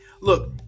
Look